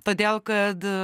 todėl kad